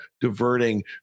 diverting